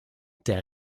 der